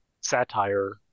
satire